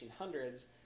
1800s